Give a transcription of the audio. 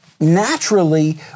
naturally